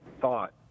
thought